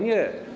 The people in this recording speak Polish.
Nie.